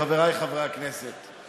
חבריי חברי הכנסת,